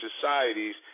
societies